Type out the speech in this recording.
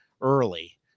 early